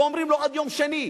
ואומרים לו: עד יום שני,